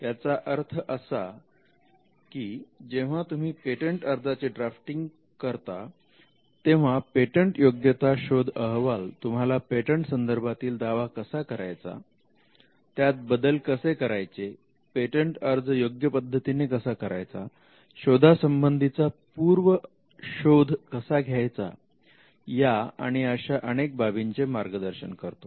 याचा अर्थ असा की जेव्हा तुम्ही पेटंट अर्जाचे ड्राफ्टिंग करतात तेव्हा पेटंटयोग्यता शोध अहवाल तुम्हाला पेटंट संदर्भातील दावा कसा करायचा त्यात बदल कसे करायचे पेटंट अर्ज योग्य पद्धतीने कसा करायचा शोधा संबंधीचा पूर्व शोध कसा घ्यायचा या आणि अशा अनेक बाबींचे मार्गदर्शन करतो